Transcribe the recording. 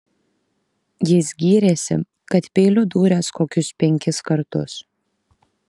jis gyrėsi kad peiliu dūręs kokius penkis kartus